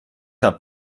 habe